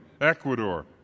Ecuador